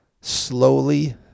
slowly